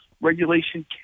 regulation